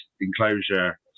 enclosure